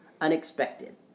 unexpected